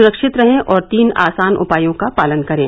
सुरक्षित रहें और तीन आसान उपायों का पालन करें